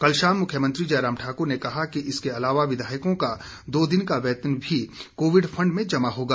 कल शाम मुख्यमंत्री जयराम ठाकुर ने कहा कि इसके अलावा विधायकों का दो दिन का वेतन भी कोविड फंड में जमा होगा